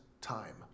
time